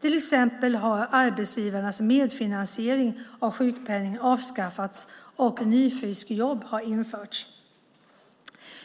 Till exempel har arbetsgivarnas medfinansiering av sjukpenningen avskaffats och nyfriskjobb har införts.